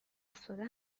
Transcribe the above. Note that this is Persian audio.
افتاده